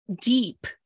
deep